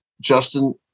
Justin